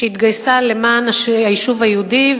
שהתגייסה למען היישוב היהודי,